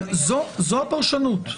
זו הפרשנות.